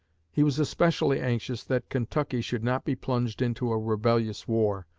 he was especially anxious that kentucky should not be plunged into a rebellious war,